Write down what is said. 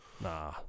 Nah